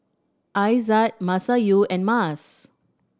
Aizat Masayu and Mas